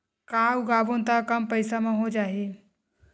का उगाबोन त कम पईसा म हो जाही?